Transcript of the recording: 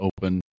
open